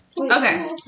Okay